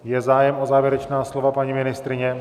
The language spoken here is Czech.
Je zájem o závěrečná slova paní ministryně?